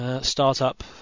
Startup